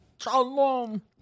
Shalom